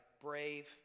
brave